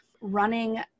running